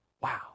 Wow